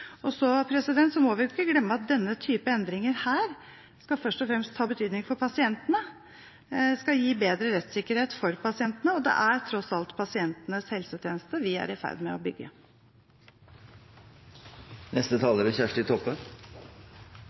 kvalitet. Så må vi ikke glemme at slike endringer først og fremst skal ha betydning for pasientene. Det skal gi bedre rettssikkerhet for pasientene, og det er tross alt pasientenes helsetjeneste vi er i ferd med å bygge.